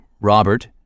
Robert